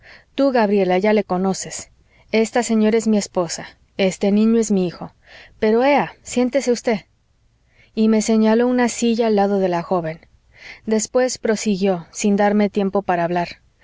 tú gabriela ya le conoces esta señora es mi esposa este niño es mi hijo pero ea siéntese usted y me señaló una silla al lado de la joven después prosiguió sin darme tiempo para hablar